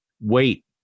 wait